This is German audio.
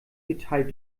geteilt